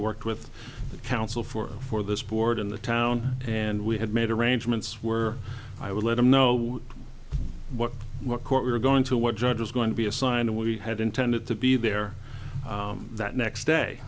worked with counsel for for this board in the town and we had made arrangements were i would let them know what the court we were going to what judge was going to be assigned and we had intended to be there that next day